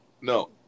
no